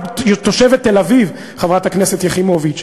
את תושבת תל-אביב, חברת הכנסת יחימוביץ.